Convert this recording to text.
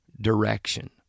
direction